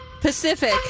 Pacific